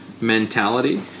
mentality